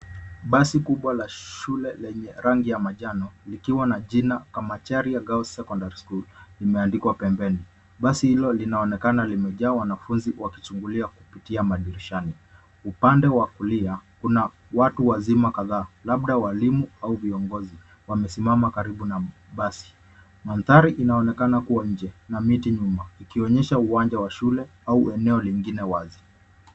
Basi kubwa la shule lenye rangi ya majano likiwa na jina Kamacharia Girls Secondary School imeandikwa pembeni. Basi hilo linaonekana limejaa wanafunzi wakichungulia kupitia madirishani. Upande wa kulia, kuna watu wazima kadhaa, labda walimu au viongozi, wamesimama karibu na basi. Mandhari inaonekana kuwa nje na miti nyuma ikionyesha uwanja wa shule au eneo lingine wazi.